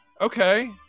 okay